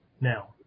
now